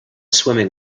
swimming